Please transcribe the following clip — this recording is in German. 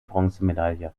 bronzemedaille